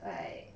like